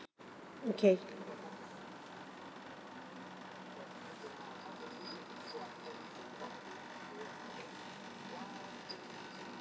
okay